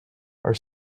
are